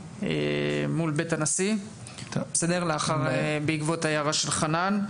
מול בית הנשיא בעקבות ההערה של חנן,